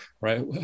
right